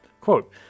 Quote